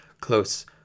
close